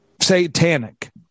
satanic